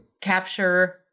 capture